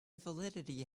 validity